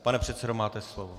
Pane předsedo, máte slovo.